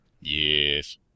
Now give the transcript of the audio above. Yes